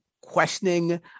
questioning